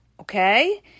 Okay